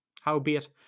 Howbeit